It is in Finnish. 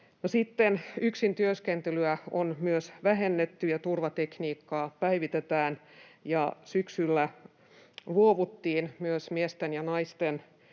yksin työskentelyä on vähennetty, ja turvatekniikkaa päivitetään. Syksyllä luovuttiin myös miesten ja naisten